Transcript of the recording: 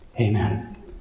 Amen